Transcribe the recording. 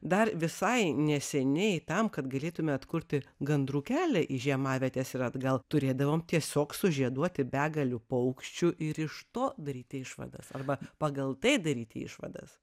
dar visai neseniai tam kad galėtume atkurti gandrų kelią į žiemavietes ir atgal turėdavom tiesiog sužieduoti begalę paukščių ir iš to daryti išvadas arba pagal tai daryti išvadas